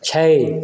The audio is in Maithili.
छै